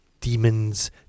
demons